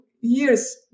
years